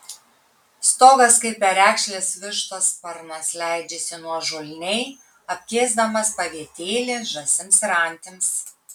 stogas kaip perekšlės vištos sparnas leidžiasi nuožulniai apkėsdamas pavietėlį žąsims ir antims